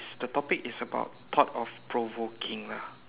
the topic is about thought of provoking lah